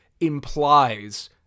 implies